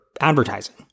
advertising